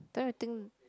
don't you think